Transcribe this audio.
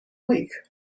week